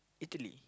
Italy